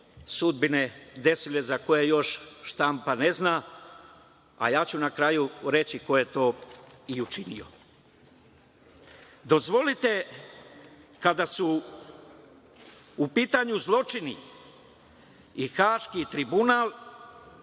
sudbine desile za koje još štampa ne zna, a ja ću na kraju reći ko je to i učinio. Dozvolite, kada su u pitanju zločini i Haški tribunal